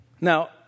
now